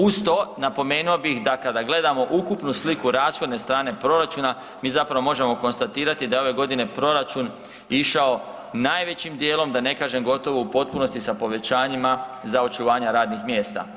Uz to napomenuo bih da kada gledamo ukupnu sliku rashodne strane proračuna mi zapravo možemo konstatirati da je ove godine proračun išao najvećim dijelom da ne kažem gotovo u potpunosti sa povećanjima za očuvanje radnih mjesta.